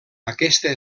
aquesta